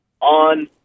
on